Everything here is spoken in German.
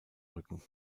rücken